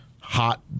hot